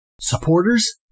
supporters